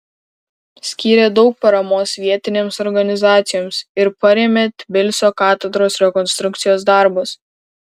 skyrė daug paramos vietinėms organizacijoms ir parėmė tbilisio katedros rekonstrukcijos darbus